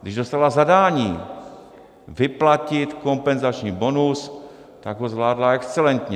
Když dostala zadání vyplatit kompenzační bonus, tak ho zvládla excelentně.